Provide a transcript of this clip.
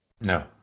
No